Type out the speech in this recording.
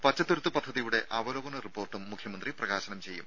പച്ചത്തുരുത്ത് പദ്ധതിയുടെ അവലോകന റിപ്പോർട്ടും മുഖ്യമന്ത്രി പ്രകാശനം ചെയ്യും